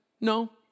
No